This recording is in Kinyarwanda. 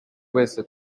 wese